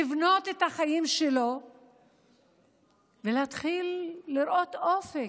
לבנות את החיים שלו ולהתחיל לראות אופק?